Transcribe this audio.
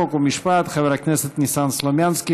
חוק ומשפט חבר הכנסת ניסן סלומינסקי.